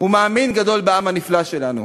ומאמין גדול בעם הנפלא שלנו.